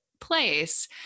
place